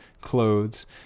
clothes